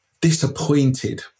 disappointed